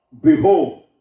Behold